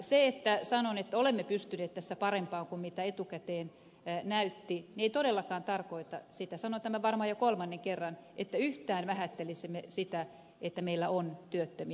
se että sanon että olemme pystyneet tässä parempaan kuin mitä etukäteen näytti ei todellakaan tarkoita sitä sanon tämän varmaan jo kolmannen kerran että yhtään vähättelisimme sitä että meillä on työttömiä